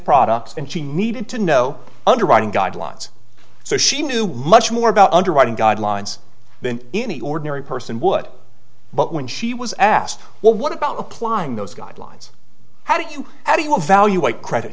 products and she needed to know underwriting guidelines so she knew much more about underwriting guidelines than any ordinary person would but when she was asked what about applying those guidelines how do you how do you evaluate credit